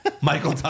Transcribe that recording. Michael